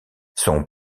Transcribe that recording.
son